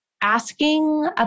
asking